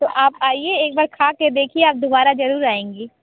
तो आप आइए एक बार खा के देखिए आप दुबारा ज़रूर आएंगी